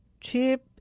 Cheap